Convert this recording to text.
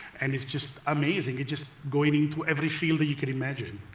and it's just amazing. it's just going into every field that you can imagine.